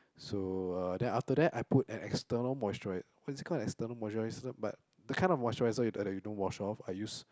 so uh then after that I put an external moisturise what is it called external moisturiser but the kind of moisturiser that that you don't wash off I use